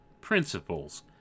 principles